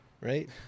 right